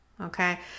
Okay